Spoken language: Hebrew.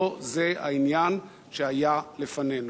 לא זה העניין שהיה לפנינו.